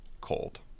cold